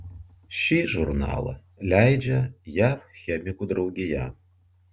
šį žurnalą leidžia jav chemikų draugija